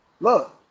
look